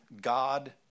God